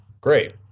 great